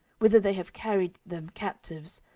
whither they have carried them captives,